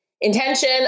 intention